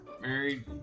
Married